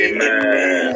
Amen